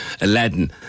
Aladdin